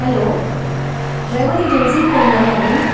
hello travel एजन्सींत phone लागला न्हय